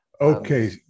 Okay